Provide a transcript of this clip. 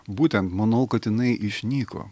būtent manau kad jinai išnyko